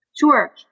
Sure